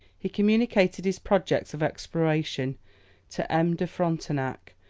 he communicated his projects of exploration to m. de frontenac,